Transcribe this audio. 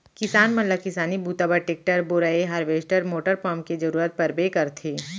किसान मन ल किसानी बूता बर टेक्टर, बोरए हारवेस्टर मोटर पंप के जरूरत परबे करथे